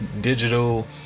digital